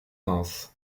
reims